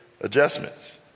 adjustments